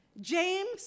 james